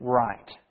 right